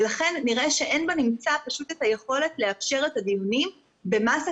ולכן נראה שאין בנמצא את היכולת לאפשר את הדיונים במסה